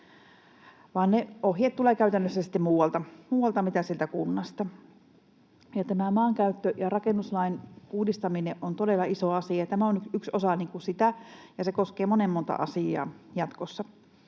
vaan ne ohjeet tulevat käytännössä muualta kuin sieltä kunnasta. Tämä maankäyttö‑ ja rakennuslain uudistaminen on todella iso asia. Tämä on nyt yksi osa sitä, ja se koskee monen monta asiaa jatkossa.